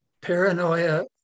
Paranoia